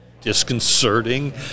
disconcerting